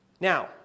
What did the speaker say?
Now